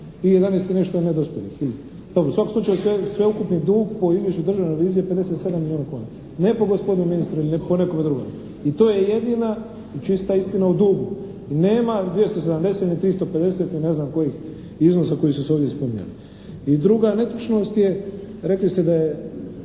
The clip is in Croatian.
i 11 i nešto nedospjelih ili, dobro. U svakom slučaju sveukupni dug po izvješću Državne revizije je 57 milijuna kuna. Ne po gospodinu ministru ili po nekome drugome. I to je jedina i čista istina u dugu. I nema 270 ni 350 ni ne znam kojih iznosa koji su se ovdje spominjali. I druga netočnost je, rekli ste da je